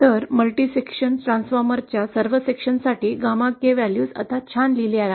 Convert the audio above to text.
तर multi section ट्रान्सफॉर्मरचे सर्व विभाग γ k व्हॅल्यूज आता छान लिहिले आहेत